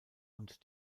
und